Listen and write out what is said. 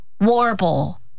warble